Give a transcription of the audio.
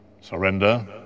surrender